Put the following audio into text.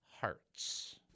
hearts